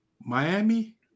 Miami